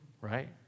right